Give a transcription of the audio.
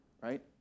right